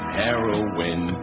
heroin